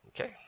Okay